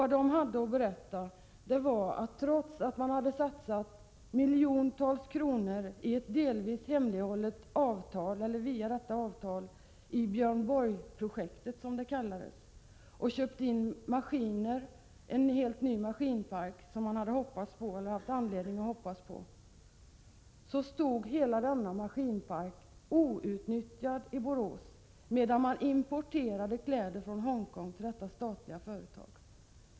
Dessa berättade att man genom ett delvis hemlighållet avtal satsat miljontals kronor i Björn Borg-projektet, som det kallades, och köpt in en helt ny maskinpark som man hoppades på. Men denna maskinpark stod outnyttjad i Borås, medan man importerade kläder från Hongkong till detta statliga företag!